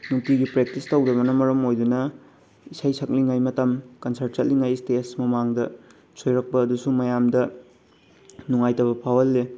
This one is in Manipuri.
ꯅꯨꯡꯇꯤꯒꯤ ꯄ꯭ꯔꯦꯛꯇꯤꯁ ꯇꯧꯗꯕꯅ ꯃꯔꯝ ꯑꯣꯏꯗꯨꯅ ꯏꯁꯩ ꯁꯛꯂꯤꯉꯩ ꯃꯇꯝ ꯀꯟꯁꯔꯠ ꯆꯠꯂꯤꯉꯩ ꯏꯁꯇꯦꯖ ꯃꯃꯥꯡꯗ ꯁꯣꯏꯔꯛꯄ ꯑꯗꯨꯁꯨ ꯃꯌꯥꯝꯗ ꯅꯨꯡꯉꯥꯏꯇꯕ ꯐꯥꯎꯍꯜꯂꯤ